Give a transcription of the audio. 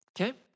okay